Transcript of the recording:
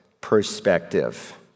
perspective